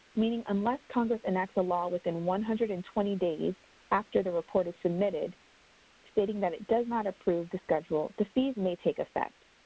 meaning unless congress enacts a law within one hundred and twenty days after the report is submitted stating that it does not approve the schedule, the fees may take effect.